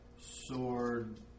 sword